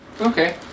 Okay